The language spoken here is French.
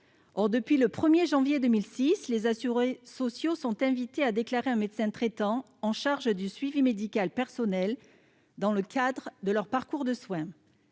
Or, depuis le 1 janvier 2006, les assurés sociaux sont invités à déclarer un médecin traitant chargé de leur suivi médical personnel, dans le cadre de leur parcours de soins